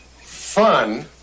Fun